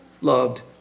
loved